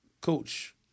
coach